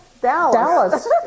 Dallas